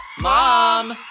mom